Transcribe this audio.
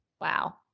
Wow